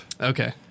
Okay